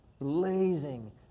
blazing